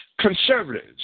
Conservatives